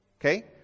okay